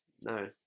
no